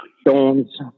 Stones